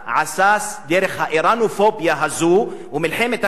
דרך האירנופוביה הזו ומלחמת הקודש הזו,